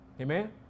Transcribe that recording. Amen